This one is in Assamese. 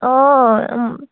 অঁ